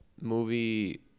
movie